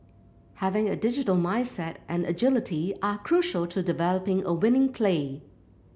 having a digital mindset and agility are crucial to developing a winning play